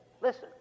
Listen